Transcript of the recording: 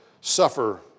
suffer